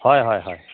হয় হয় হয়